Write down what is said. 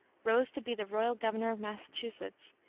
rose to be the royal governor of massachusetts,